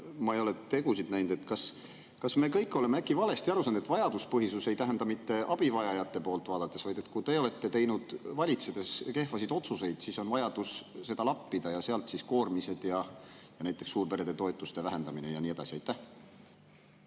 ma ei ole tegusid näinud. Kas me kõik oleme äkki valesti aru saanud, et vajaduspõhisus ei tähenda mitte [vajadust] abivajajate poolt vaadates, vaid seda, et kui teie olete teinud valitsedes kehvasid otsuseid, siis on vaja seda lappida ja [seetõttu tulevad] koormised ja näiteks suurperede toetuste vähendamine ja nii edasi?